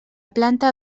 planta